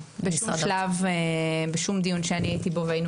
בשום דיון שאני הייתי בו והיינו